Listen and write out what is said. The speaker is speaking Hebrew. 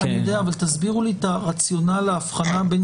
אני יודע אבל תסבירו לי את הרציונל להבחנה בין